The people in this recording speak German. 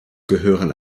gehören